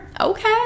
okay